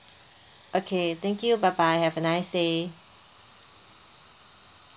okay thank you bye bye have a nice day